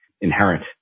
inherent